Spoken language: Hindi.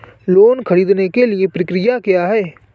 लोन ख़रीदने के लिए प्रक्रिया क्या है?